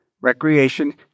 recreation